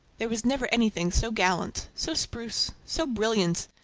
there was never anything so gallant, so spruce, so brilliant,